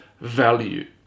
value